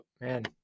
man